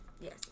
yes